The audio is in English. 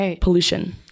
pollution